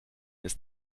ist